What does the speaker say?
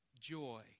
joy